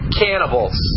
cannibals